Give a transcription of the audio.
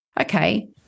okay